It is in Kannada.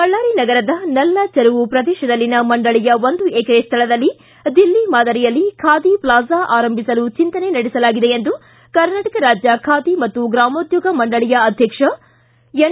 ಬಳ್ಳಾರಿ ನಗರದ ನಲ್ಲ ಚೆರುವು ಪ್ರದೇಶದಲ್ಲಿನ ಮಂಡಳಿಯ ಒಂದು ಎಕರೆ ಸ್ಥಳದಲ್ಲಿ ದಿಲ್ಲಿ ಮಾದರಿಯಲ್ಲಿ ಖಾದಿ ಪ್ಲಾಜ ಆರಂಭಿಸಲು ಚೆಂತನೆ ನಡೆಸಲಾಗಿದೆ ಎಂದು ಕರ್ನಾಟಕ ರಾಜ್ಯ ಖಾದಿ ಮತ್ತು ಗ್ರಾಮೋದ್ಕೋಗ ಮಂಡಳಿಯ ಅಧ್ವಕ್ಷ ಎನ್